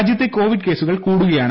രാജ്യത്തെ കോവിഡ് കേസുകൾ കൂടുകയാണ്